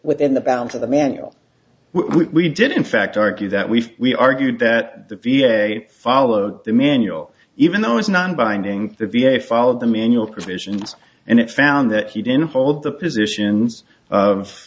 within the bounds of the manual we did in fact argue that we've we argued that the v a followed the manual even though it's non binding the v a followed the manual provisions and it found that he didn't hold the positions of